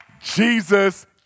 Jesus